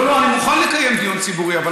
לא, לא, אני מוכן לקיים דיון ציבורי, לא מוכן.